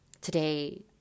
today